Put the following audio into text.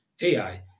AI